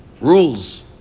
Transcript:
rules